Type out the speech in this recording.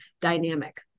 dynamic